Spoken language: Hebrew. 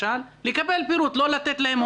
לקבל פירוט, לא לתת להם הוראות.